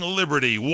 liberty